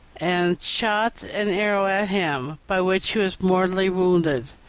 and shot an arrow at him, by which was mortally wounded.